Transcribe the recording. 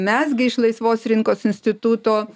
mes gi iš laisvos rinkos instituto